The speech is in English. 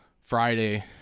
Friday